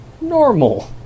normal